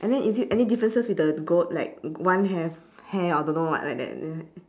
and then is it any differences with the goat like one have hair or don't know what like that